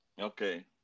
Okay